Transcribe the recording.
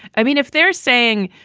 i mean, if they're saying,